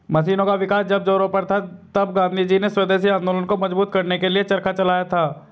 मशीनों का विकास जब जोरों पर था तब गाँधीजी ने स्वदेशी आंदोलन को मजबूत करने के लिए चरखा चलाया था